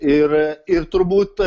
ir ir turbūt